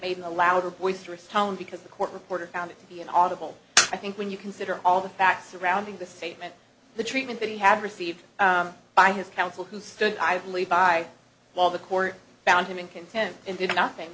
made in a louder boisterous tone because the court reporter found it to be an audible i think when you consider all the facts surrounding the statement the treatment that you have received by his counsel who stood idly by while the court found him in contempt and did nothing